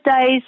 days